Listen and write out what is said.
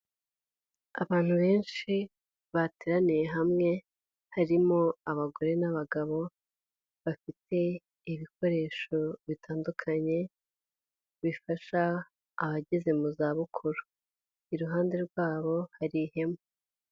Abantu benshi bateraniye hamwe, harimo abagore n'abagabo, bafite ibikoresho bitandukanye, bifasha abageze mu zabukuru. Iruhande rwabo hari ihema.